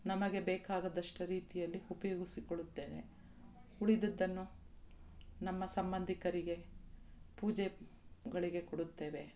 ನಮಗೆ ಬೇಕಾದಷ್ಟ್ ರೀತಿಯಲ್ಲಿ ಉಪಯೋಗಿಸಿಕೊಳ್ಳುತ್ತೇವೆ ಉಳಿದದ್ದನ್ನು ನಮ್ಮ ಸಂಬಂಧಿಕರಿಗೆ ಪೂಜೆಗಳಿಗೆ ಕೊಡುತ್ತೇವೆ